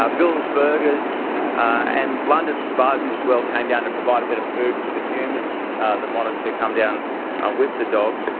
um bill's burgers and london spuds as well came down to provide a bit of food for the humans that wanted to come down with the dogs.